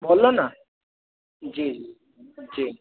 बोलो न जी जी जी